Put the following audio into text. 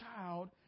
child